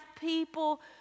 people